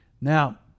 Now